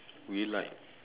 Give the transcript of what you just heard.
really like